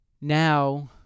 Now